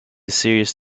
serious